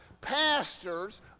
pastors